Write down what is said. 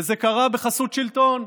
וזה קרה בחסות שלטון.